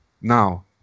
Now